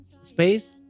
space